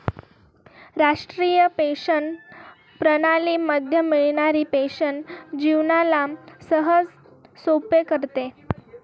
राष्ट्रीय पेंशन प्रणाली मध्ये मिळणारी पेन्शन जीवनाला सहजसोपे करते